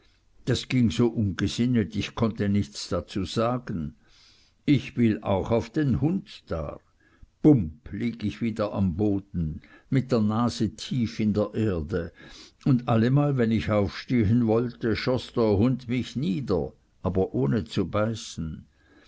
das ging so ungesinnet ich konnte nichts dazu sagen ich will auch auf den hund dar pump liege ich wieder am boden mit der nase tief in der erde und allemal wenn ich aufstehen wollte schoß der hund mich nieder aber ohne zu beißen